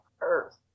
Earth